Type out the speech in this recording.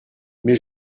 mais